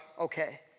okay